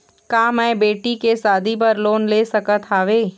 का मैं बेटी के शादी बर लोन ले सकत हावे?